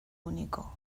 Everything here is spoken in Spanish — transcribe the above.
único